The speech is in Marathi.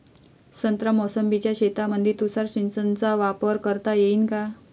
संत्रा मोसंबीच्या शेतामंदी तुषार सिंचनचा वापर करता येईन का?